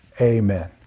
amen